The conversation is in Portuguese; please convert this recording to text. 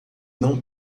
não